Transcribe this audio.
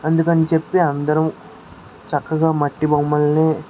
అందుకని చెప్పి అందరం చక్కగా మట్టి బొమ్మల్నే